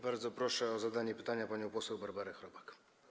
Bardzo proszę o zadanie pytania panią poseł Barbarę Chrobak.